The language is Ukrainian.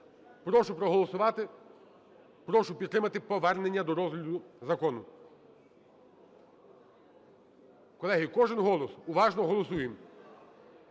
Прошу проголосувати. Прошу підтримати повернення до розгляду закону. Колеги, кожен голос, уважно голосуємо.